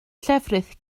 llefrith